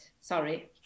Sorry